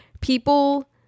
People